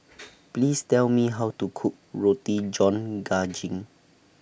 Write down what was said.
Please Tell Me How to Cook Roti John Daging